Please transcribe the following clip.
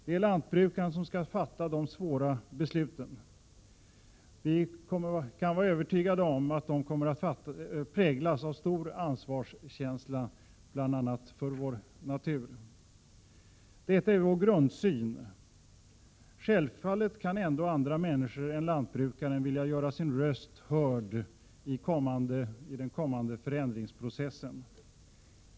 Det är lantbrukaren som skall fatta de ofta svåra besluten. Vi kan vara övertygade om att de kommer att präglas av stor ansvarskänsla inför vår natur. Detta är vår grundsyn. Självfallet kan ändå andra människor än lantbrukaren vilja göra sin röst hörd i den kommande förändringsprocessen.